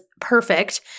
perfect